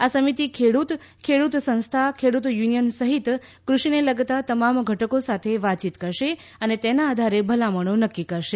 આ સમિતિ ખેડૂત ખેડૂત સંસ્થા ખેડૂત યુનિયન સહિત કૃષિને લગતા તમામ ઘટકો સાથે વાતચીત કરશે અને તેના આધારે ભલામણો નક્કી કરશે